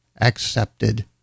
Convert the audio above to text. Accepted